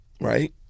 right